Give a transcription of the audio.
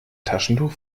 taschentuch